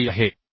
आभारी आहे